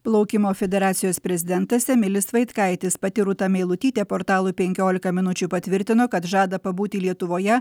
plaukimo federacijos prezidentas emilis vaitkaitis pati rūta meilutytė portalui penkiolika minučių patvirtino kad žada pabūti lietuvoje